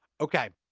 okay.